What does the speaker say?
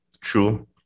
true